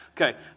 Okay